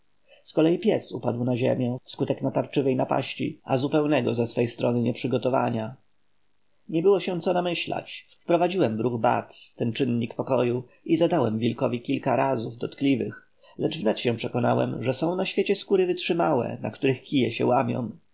kolei pies upadł na ziemię wskutek natarczywej napaści a zupełnego ze swej strony nieprzygotowania nie było się co namyślać wprowadziłem w ruch bat ten czynnik pokoju i zadałem wilkowi kilka razów dotkliwych lecz wnet się przekonałem że są na świecie skóry wytrzymałe na których kije się łamią